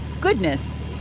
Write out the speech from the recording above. goodness